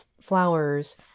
flowers